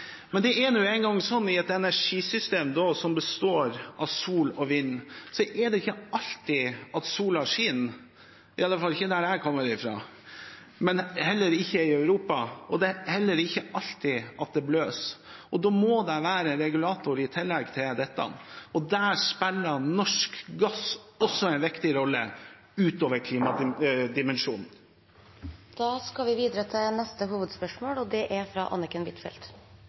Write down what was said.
Men i et energisystem som består av sol og vind, er det nå engang slik at solen ikke alltid skinner – i alle fall ikke der jeg kommer fra, og heller ikke i Europa – og det blåser ikke alltid heller. Da må det være andre regulatorer i tillegg til disse. Der også spiller norsk gass en viktig rolle – utover klimadimensjonen. Vi går videre til neste hovedspørsmål. Da kan statsråd Freiberg gå, for mitt spørsmål er